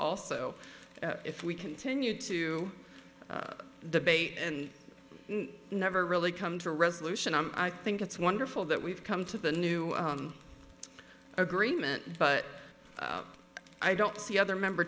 also if we continue to debate and never really come to a resolution i think it's wonderful that we've come to the new agreement but i don't see other member